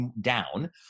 down